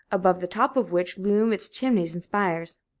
above the top of which loom its chimneys and spires.